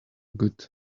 good